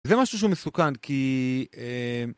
זה משהו שהוא מסוכן כי הא...